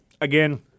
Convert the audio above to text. again